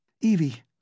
Evie